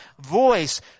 voice